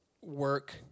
work